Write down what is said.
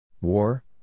War